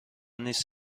نیست